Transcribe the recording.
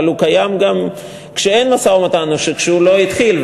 אבל הוא קיים גם כשאין משא-ומתן או כשהוא לא התחיל,